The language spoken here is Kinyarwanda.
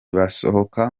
basohoka